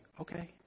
Okay